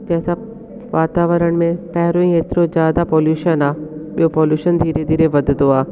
जंहिंसां वातावरण में पहिरियों ई हेतिरो ज़्यादा पॉल्युशन आ ॿियो पॉल्युशन धीरे धीरे वधंदो आहे